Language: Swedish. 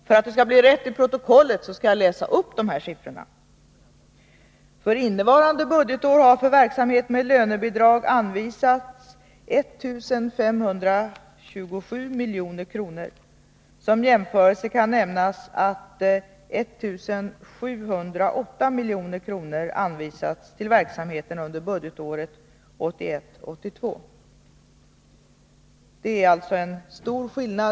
För att det skall bli rätt i protokollet skall jag läsa upp dem: ”För innevarande budgetår har för verksamheten med lönebidrag anvisats 1527 milj.kr. Som jämförelse kan nämnas att 1708 milj.kr. anvisats till verksamheten under budgetåret 1981/82.” Det är alltså en stor skillnad.